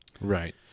right